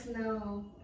No